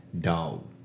dog